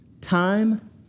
time